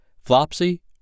Flopsy